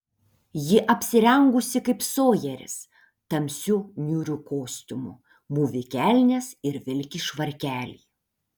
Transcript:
ji apsirengusi kaip sojeris tamsiu niūriu kostiumu mūvi kelnes ir vilki švarkelį